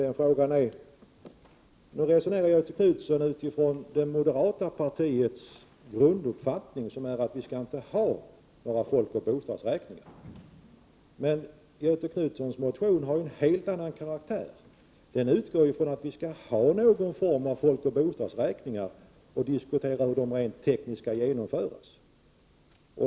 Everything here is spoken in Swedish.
Hur resonerar Göthe Knutson med utgångspunkt i det moderata partiets grunduppfattning, som är att det inte skall förekomma någon folkoch bostadsräkning? Göthe Knutsons motion har en helt annan karaktär. Där utgår Göthe Knutson från att vi skall ha någon form av folkoch bostadsräkning och diskuterar hur de rent tekniskt kan genomföras.